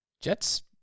Jets